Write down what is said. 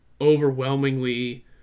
overwhelmingly